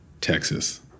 Texas